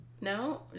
no